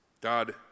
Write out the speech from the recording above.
God